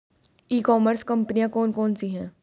ई commerce कंपनियाँ कौन कौन सी हैं?